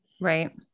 Right